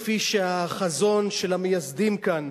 כפי שהיה החזון של המייסדים כאן.